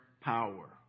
power